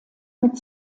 mit